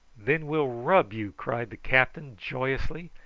then we'll rub you, cried the captain joyously.